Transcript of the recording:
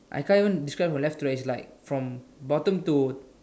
I can't even describe a left to right is like bottom to